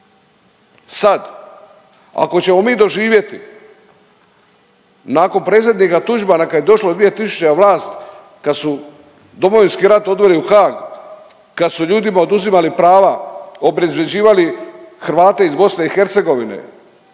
Sad ako ćemo mi doživjeti nakon predsjednika Tuđmana kad je došlo 2000. na vlast, kad su Domovinski rat odveli u Haag, kad su ljudima oduzimali prava, obezvređivali Hrvate iz BiH. Ako